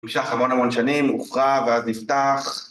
נמשך המון המון שנים, הוכרע ואז נפתח.